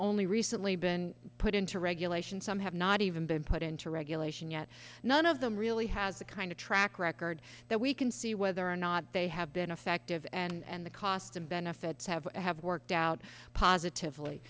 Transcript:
only recently been put into regulation some have not even been put into regulation yet none of them really has the kind of track record that we can see whether or not they have been effective and the cost and benefits have have worked out positively